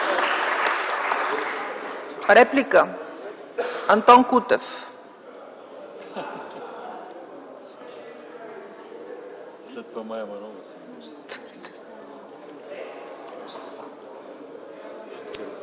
Реплики? Антон Кутев.